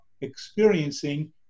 experiencing